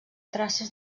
traces